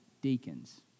deacons